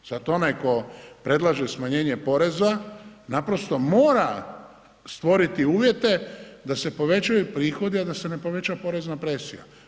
Zato onaj tko predlaže smanjenje poreza naprosto mora stvoriti uvjete da se povećaju prihodi a da se ne poveća porezna presija.